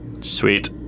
Sweet